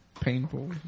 painful